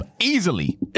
Easily